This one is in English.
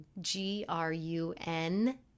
G-R-U-N-